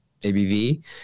ABV